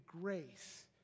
grace